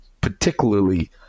particularly –